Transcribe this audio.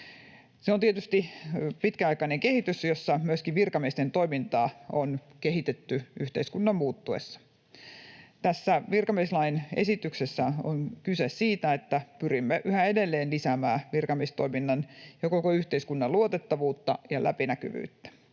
Se on tietysti pitkäaikainen kehitys, jossa myöskin virkamiesten toimintaa on kehitetty yhteiskunnan muuttuessa. Tässä virkamieslain esityksessä on kyse siitä, että pyrimme yhä edelleen lisäämään virkamiestoiminnan ja koko yhteiskunnan luotettavuutta ja läpinäkyvyyttä.